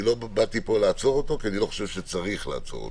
אני לא באתי לפה לעצור אותו כי אני לא חושב שצריך לעצור אותו.